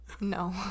No